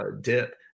dip